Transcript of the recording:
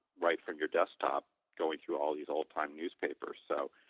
right from your desktop going through all these old-time newspapers. so,